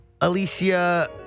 alicia